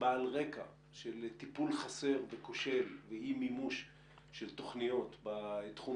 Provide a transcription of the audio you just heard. בא על רקע של טיפול חסר וכושל ואי מימוש של תוכניות בתחום